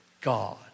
God